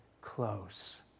close